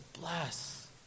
bless